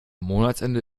monatsende